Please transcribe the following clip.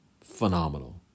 phenomenal